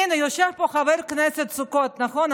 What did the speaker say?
הינה, יושב פה חבר הכנסת סוכות, נכון?